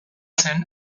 zen